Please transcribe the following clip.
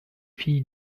fille